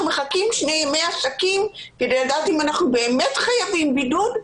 מחכים שני ימי עסקים כדי לדעת אם אנחנו באמת חייבים בידוד.